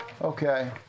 Okay